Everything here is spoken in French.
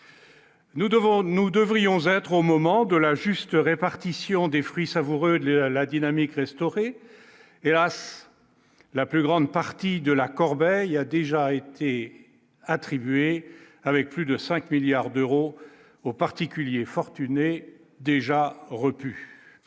nous devrions être au moment de la juste répartition des fruits savoureux la dynamique restaurée et la plus grande partie de la corbeille a déjà été attribué avec plus de 5 milliards d'euros aux particuliers fortunés déjà repus